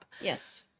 Yes